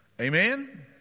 Amen